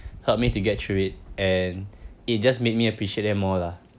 helped me to get through it and it just made me appreciate them more lah